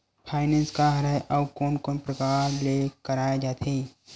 Finance का हरय आऊ कोन कोन प्रकार ले कराये जाथे?